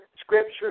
Scripture